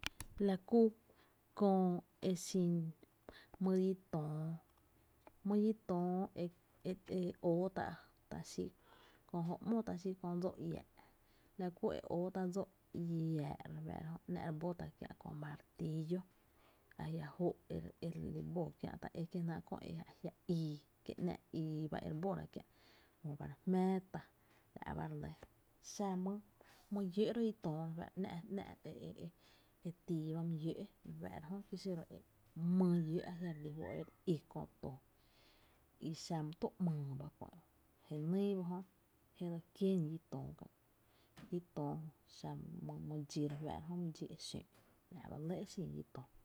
La kú köö e xin my ñi töö my ño töö e e óó tá’ ta xi kö jó ‘mó ta xi dsoo’ iää’ la kú e óó tá’ dsóó’ iäää’ re fá’ra jö ‘n’ re bó tá’ kiä’ köö martiillo a njia’ jóó’ e re bó kiä’ köö e ajia’ ii, kie’ ‘nⱥⱥ’ ii ba re bóra kiä’ e jö ba re jmⱥⱥ tá la’ ba re lɇ xa my llóó’ ro’ ñí töö ‘nⱥ’ e tii ba my lló’ re fáá’ra jö, ki xiro e mý lló’ a jia’ re lí fó’ e re óo, kí xa my tú ‘mÿÿ je nýy ba jö e dse kié’ ñí toö, ñí töö xa my dxí re fáá’ra jö, la’ ba lɇ e xin ñí töö.